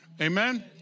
Amen